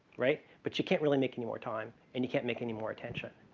right? but you can't really make any more time and you can't make any more attention.